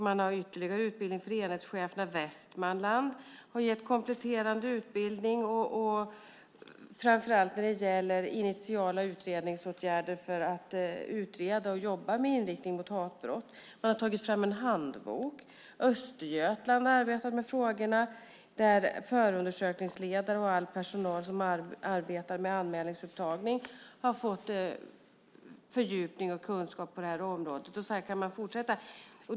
Man har ytterligare utbildning för enhetscheferna. Västmanland har gett kompletterande utbildning, framför allt när det gäller initiala utredningsåtgärder för att jobba med inriktning mot hatbrott. Man har tagit fram en handbok. Östergötland arbetar med frågorna. Förundersökningsledare och all personal som arbetar med anmälningsupptagning har fått fördjupning och kunskap på det här området. Jag kan fortsätta uppräkningen.